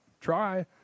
Try